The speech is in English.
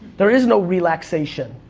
there is no relaxation,